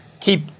keep